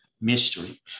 mystery